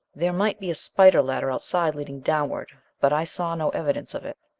there might be a spider ladder outside leading downward, but i saw no evidence of it.